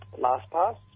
LastPass